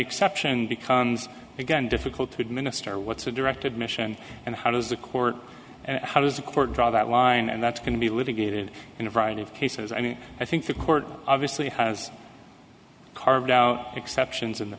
exception becomes again difficult to administer what's a direct admission and how does the court how does the court draw that line and that can be litigated in a variety of cases and i think the court obviously has carved out exceptions in the